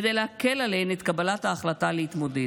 כדי להקל עליהן את קבלת ההחלטה להתמודד.